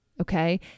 Okay